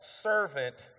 Servant